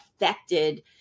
affected